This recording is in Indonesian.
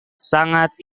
sangat